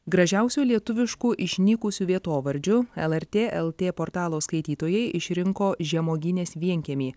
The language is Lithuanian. gražiausių lietuviškų išnykusių vietovardžių lrt lt portalo skaitytojai išrinko žemuoginės vienkiemį